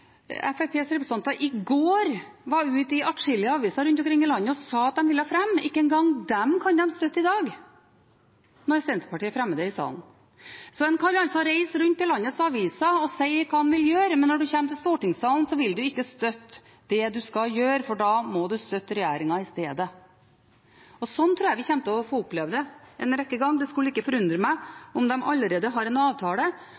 representanter i går var ute i atskillige aviser rundt omkring i landet og sa at de ville fremme, kan de støtte i dag når Senterpartiet fremmer det i salen. Så man kan altså reise rundt til landets aviser og si hva man vil gjøre, men når man kommer til stortingssalen, vil man ikke støtte det man skal gjøre, for da må man støtte regjeringen i stedet. Slik tror jeg vi kommer til å oppleve det en rekke ganger. Det skulle ikke forundre